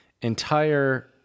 entire